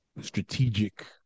strategic